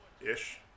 Ish